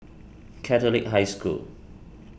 Catholic High School